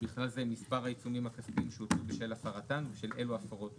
ובכלל זה מספר העיצומים הכספיים שהוטלו בשל הפרתם ושל אילו הפרות הוטלו.